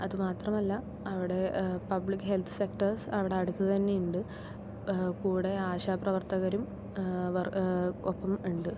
അത് മാത്രമല്ല അവിടെ പബ്ലിക് ഹെൽത്ത് സെക്ടർസ് അവിടെ അടുത്ത് തന്നെ ഉണ്ട് കൂടെ ആശാപ്രവർത്തകരും ഒപ്പം ഉണ്ട്